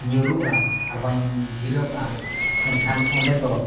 ᱧᱩᱨᱩᱜᱼᱟ ᱟᱨ ᱵᱟᱹᱧ ᱜᱤᱨᱟᱹᱣᱚᱜᱼᱟ ᱮᱱᱠᱷᱟᱱ ᱚᱸᱰᱮ ᱫᱚ